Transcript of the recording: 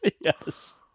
Yes